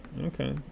Okay